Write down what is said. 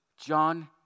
John